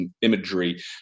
imagery